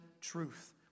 truth